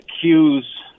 accuse